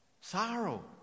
Sorrow